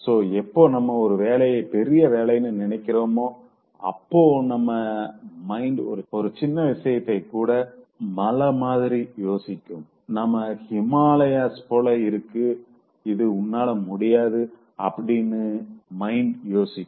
so எப்போ நம்ம ஒரு வேலைய பெரிய வேலைன்னு நினைக்கிறோமோ அப்போ நம்ம மைண்ட் ஒரு சின்ன விஷயத்தை கூட மல மாதிரி யோசிக்கும் நாம இது ஹிமாலயாஸ போல இருக்கு இது உன்னால செய்ய முடியாது அப்படின்னு மைண்ட் யோசிக்கும்